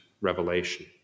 revelation